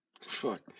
Fuck